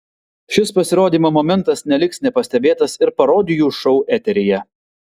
šis pasirodymo momentas neliks nepastebėtas ir parodijų šou eteryje